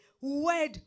word